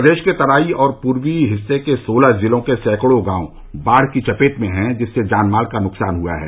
प्रदेश के तराई और पूर्वी हिस्से के सोलह जिलों के सैकड़ों गांव बाढ़ की चपेट में है जिससे जान माल का नुकसान हुआ है